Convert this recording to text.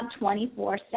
24-7